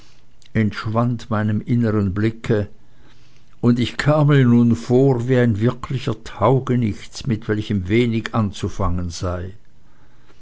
entschwand meinem innern blicke und ich kam mir nun vor wie ein wirklicher taugenichts mit welchem wenig anzufangen sei